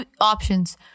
options